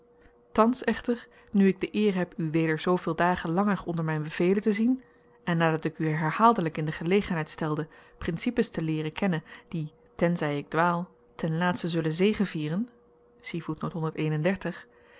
thans echter nu ik de eer heb u weder zooveel dagen langer onder myn bevelen te zien en nadat ik u herhaaldelyk in de gelegenheid stelde principes te leeren kennen die tenzy ik dwaal ten laatste zullen zegevieren